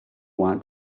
want